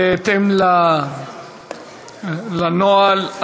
בהתאם לנוהל,